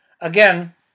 Again